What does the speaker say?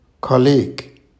colleague